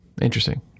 Interesting